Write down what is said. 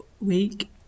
week